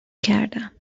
کردم